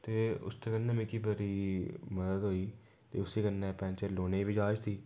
ते उसदे कन्नै में केईं बारी मदद होई ते उस्सै कन्नै पैंचर लाने दी बी जांच सी